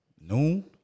noon